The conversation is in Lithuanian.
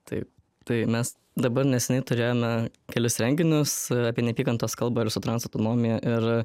taip tai mes dabar neseniai turėjome kelis renginius apie neapykantos kalbą ir su trans autonomija ir